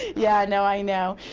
yeah, i know, i know.